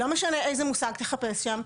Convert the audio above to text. ולא משנה יזה מושג תחפש שם.